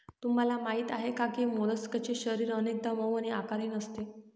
तुम्हाला माहीत आहे का की मोलस्कचे शरीर अनेकदा मऊ आणि आकारहीन असते